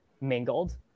mingled